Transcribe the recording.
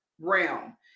realm